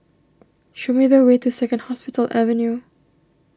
show me the way to Second Hospital Avenue